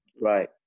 Right